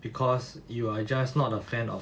because you are just not a fan of